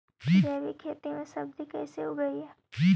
जैविक खेती में सब्जी कैसे उगइअई?